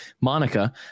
Monica